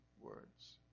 words